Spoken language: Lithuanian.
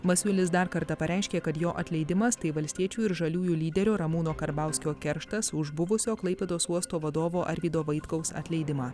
masiulis dar kartą pareiškė kad jo atleidimas tai valstiečių ir žaliųjų lyderio ramūno karbauskio kerštas už buvusio klaipėdos uosto vadovo arvydo vaitkaus atleidimą